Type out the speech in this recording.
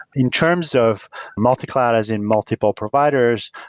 in terms of multi-cloud, as in multiple providers,